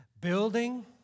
building